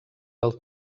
del